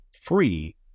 free